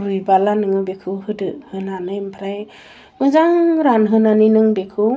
रुयबोला बेखौ होदो होनानै आमफ्राय मोजां रानहोनानै नों बेखौ